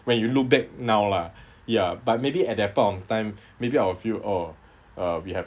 when you look back now lah ya but maybe at that point of time maybe I'll feel oh uh we have